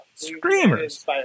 screamers